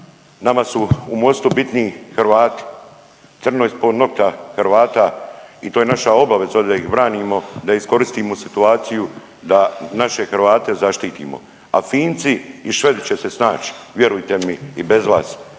nama su Mostu bitni Hrvati, crno ispod nokta Hrvata i to je naša obaveza ovdje da ih branimo, da iskoristimo situaciju da naše Hrvate zaštitimo. A Finci i Švedi će se snać vjerujte mi i bez vas